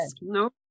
no